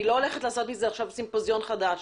אני לא הולכת לעשות מזה עכשיו סימפוזיון חדש,